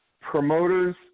promoters